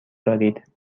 دارید